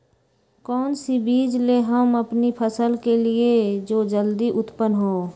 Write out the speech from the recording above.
कौन सी बीज ले हम अपनी फसल के लिए जो जल्दी उत्पन हो?